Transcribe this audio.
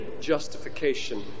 justification